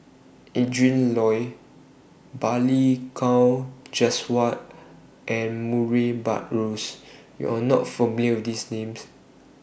Adrin Loi Balli Kaur Jaswal and Murray Buttrose YOU Are not familiar with These Names